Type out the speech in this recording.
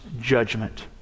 judgment